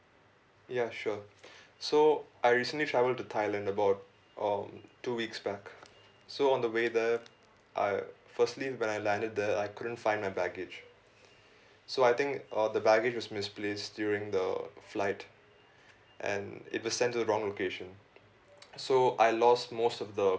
ya sure so I recently travelled to thailand about um two weeks back so on the way there I firstly when I landed there I couldn't find my baggage so I think or the luggage was misplaced during the flight and it was sent to the wrong location so I lost most of the